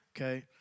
Okay